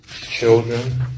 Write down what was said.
children